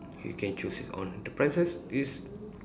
you can choose it's on the prices is